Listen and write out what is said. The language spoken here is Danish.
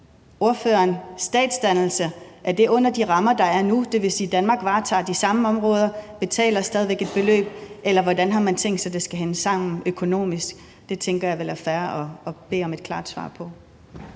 statsdannelse er under de rammer, der er nu, dvs. at Danmark varetager de samme områder og stadig væk betaler et beløb, eller hvordan man har tænkt sig, det skal hænge sammen økonomisk. Det tænker jeg vel er fair at bede om et klart svar på.